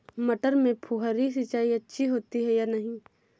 मटर में फुहरी सिंचाई अच्छी होती है या नहीं?